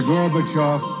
Gorbachev